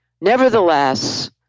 Nevertheless